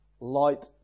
Light